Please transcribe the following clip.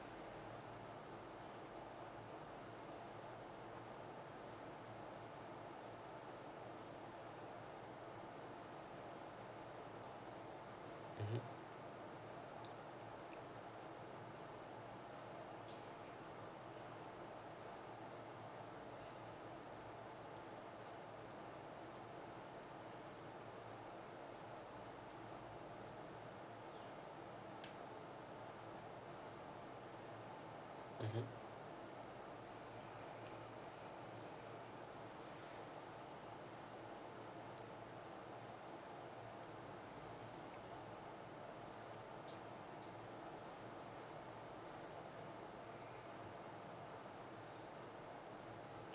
mmhmm mmhmm